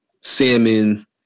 salmon